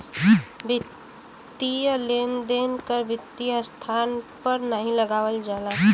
वित्तीय लेन देन कर वित्तीय संस्थान पर नाहीं लगावल जाला